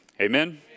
Amen